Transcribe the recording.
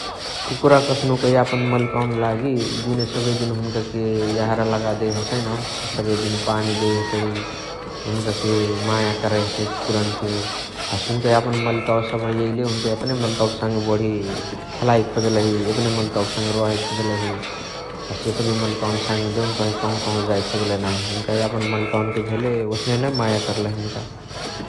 कुकुरा कस्नुक यापन मलिकावनी लागी जुन सबेदिन हुनुकके यहाँरा लगादेइ हसइन, सबेदिन पानी देइ हसइ हुन्काके माया करइ हसइ कुकुरहनके । हसे हुनुका यापन मलिकावा सबह एइले हुनुका एपने मलिकावनी साङे बण्ही खेलए खोजलहि, एपने मलिकावक साङे रहे खोजलही । हसे एपने मलिकावक साङे कहवा कहवा जाए खोजलही नाही । हुनुका यापन मलिकावनके भेले ओसनेनै माया कर्लही हुनुका ।